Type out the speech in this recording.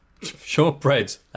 shortbreads